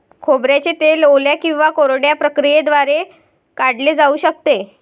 खोबऱ्याचे तेल ओल्या किंवा कोरड्या प्रक्रियेद्वारे काढले जाऊ शकते